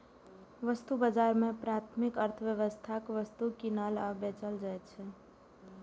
वस्तु बाजार मे प्राथमिक अर्थव्यवस्थाक वस्तु कीनल आ बेचल जाइ छै